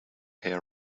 here